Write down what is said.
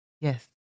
Yes